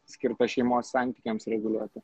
skirta šeimos santykiams reguliuoti